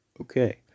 Okay